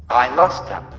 i lost them.